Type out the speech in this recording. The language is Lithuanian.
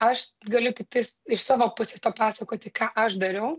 aš galiu tiktais iš savo pusės papasakoti ką aš dariau